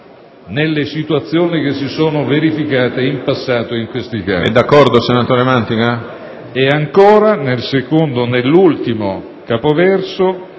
nelle situazioni che si sono verificate in passato in questi casi. Ancora, nel secondo ed ultimo capoverso,